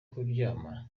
kuryama